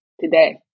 today